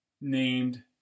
named